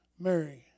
Mary